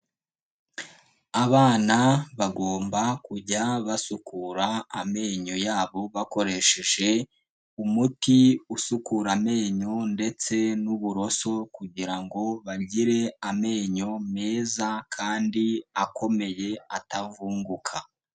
Abana bagomba kujya basukura amenyo yabo bakoresheje umuti usukura amenyo ndetse n'uburoso kugira ngo bagire amenyo meza kandi akomeye atavunguka.